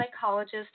psychologist